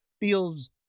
feels